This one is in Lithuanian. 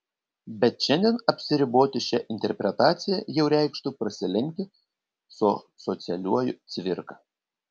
bet šiandien apsiriboti šia interpretacija jau reikštų prasilenkti su socialiuoju cvirka